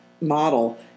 model